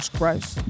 Christ